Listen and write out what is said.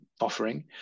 offering